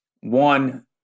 One